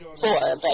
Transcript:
four